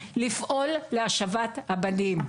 לפעול להשבת הבנים.